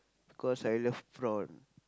because I love prawn